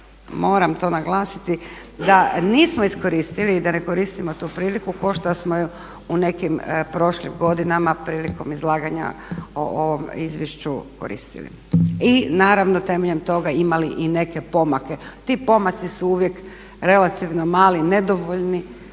moram to naglasiti da nismo iskoristili i da ne koristimo tu priliku kao što smo ju u nekim prošlim godinama prilikom izlaganja o ovom izvješću koristili. I naravno temeljem toga imali i neke pomake. Ti pomaci su uvijek relativno mali, nedovoljni,